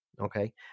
okay